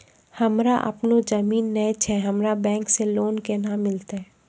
हमरा आपनौ जमीन नैय छै हमरा बैंक से लोन केना मिलतै?